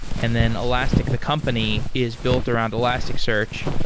and then elastic, the company, is built around elasticsearch.